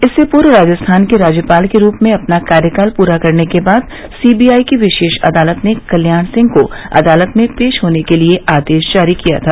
इससे पूर्व राजस्थान के राज्यपाल के रूप में अपना कार्यकाल पूरा करने के बाद सीबीआई की विशेष अदालत ने कल्याण सिंह को अदालत में पेश होने के लिये आदेश जारी किया था